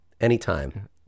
Anytime